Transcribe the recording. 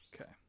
Okay